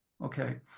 okay